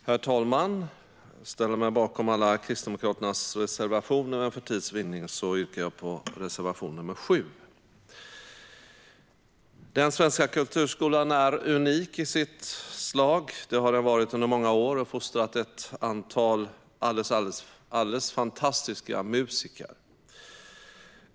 Herr talman! Jag ställer mig bakom alla Kristdemokraternas reservationer, men för tids vinnande yrkar jag bifall endast till reservation nr 7. Den svenska kulturskolan är unik i sitt slag. Det har den varit under många år, och den har fostrat ett stort antal alldeles fantastiska musiker.